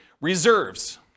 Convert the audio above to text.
reserves